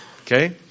okay